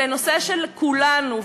זה נושא של כולנו.